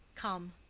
come.